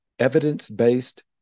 evidence-based